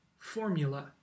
formula